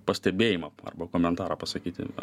pastebėjimą arba komentarą pasakyti